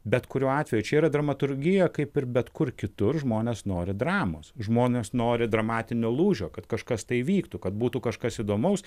bet kuriuo atveju čia yra dramaturgija kaip ir bet kur kitur žmonės nori dramos žmonės nori dramatinio lūžio kad kažkas tai įvyktų kad būtų kažkas įdomaus